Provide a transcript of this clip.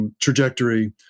Trajectory